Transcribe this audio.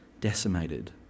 decimated